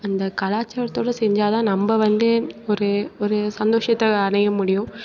அந்த கலாச்சாரத்தோடு செஞ்சால்தான் நம்ம வந்து ஒரு ஒரு சந்தோஷத்தை அடைய முடியும்